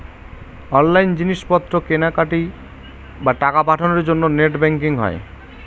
online জিনিস পত্র কেনাকাটি, বা টাকা পাঠাবার জন্য নেট ব্যাঙ্কিং হয়